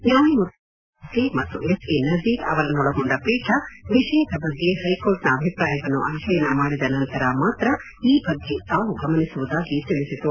ನ್ಯಾಯಮೂರ್ತಿಗಳಾದ S A Bobde ಮತ್ತು S A Nazeer ಅವರನ್ನೊಳಗೊಂಡ ಪೀಠ ವಿಷಯದ ಬಗ್ಗೆ ಹೈಕೋರ್ಟ್ ನ ಅಭಿಪ್ರಾಯವನ್ನು ಅಧ್ಯಯನ ಮಾಡಿದ ನಂತರ ಮಾತ್ರ ಈ ಬಗ್ಗೆ ತಾವು ಗಮನಿಸುವುದಾಗಿ ತಿಳಿಸಿತು